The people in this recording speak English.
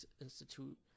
institute